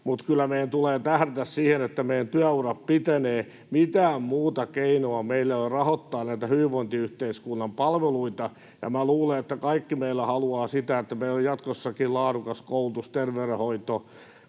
mutta kyllä meidän tulee tähdätä siihen, että meidän työurat pitenevät. Mitään muuta keinoa meillä ei ole rahoittaa näitä hyvinvointiyhteiskunnan palveluita, ja luulen, että kaikki meillä haluavat, että meillä on jatkossakin laadukas koulutus ja terveydenhoito,